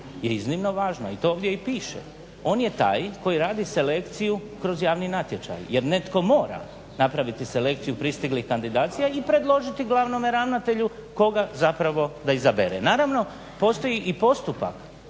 je iznimno važna i to ovdje i piše. On je taj koji radi selekciju kroz javni natječaj jer netko mora napraviti selekciju pristiglih kandidacija i predložiti glavnome ravnatelju koga zapravo da izabere. Naravno postoji i postupak